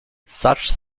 such